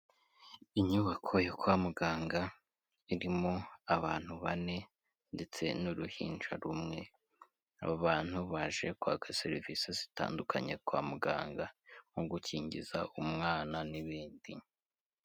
Inyubako yo kwa muganga irimo abantu bane ndetse n'uruhinja rumwe, abo bantu baje kwaka serivisi zitandukanye kwa muganga nko gukingiza umwana n'ibindi.